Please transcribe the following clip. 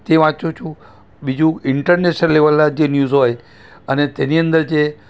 તે વાંચું છું બીજું ઇન્ટરનેશનલ લેવલના જે ન્યૂઝ હોય અને તેની અંદર જે